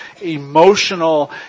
emotional